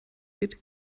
geht